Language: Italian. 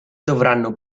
dovranno